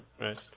Right